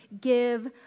give